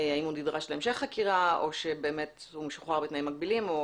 האם הוא נדרש להמשך חקירה או שהוא משוחרר בתנאים מגבילים.